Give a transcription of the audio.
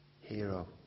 Hero